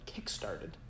kickstarted